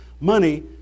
money